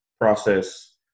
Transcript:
process